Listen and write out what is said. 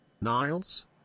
Niles